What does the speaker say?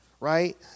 right